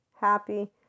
happy